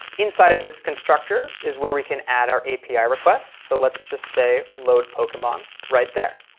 inside of this constructor is where we can add our api requests. so let's just say loadpokemon right there.